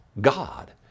God